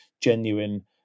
genuine